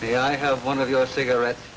be i have one of your cigarette